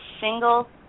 single